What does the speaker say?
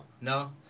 No